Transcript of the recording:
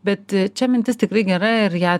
bet čia mintis tikrai gera ir ją